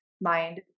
mind